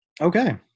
Okay